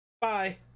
bye